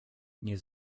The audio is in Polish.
nie